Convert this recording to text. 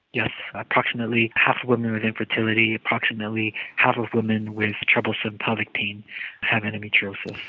yes, approximately half the women with infertility, approximately half of women with troublesome pelvic pain have endometriosis.